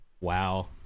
Wow